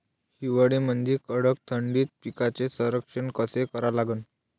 हिवाळ्यामंदी कडक थंडीत पिकाचे संरक्षण कसे करा लागन?